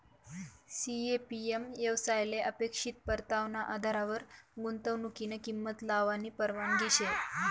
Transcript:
CAPM येवसायले अपेक्षित परतावाना आधारवर गुंतवनुकनी किंमत लावानी परवानगी शे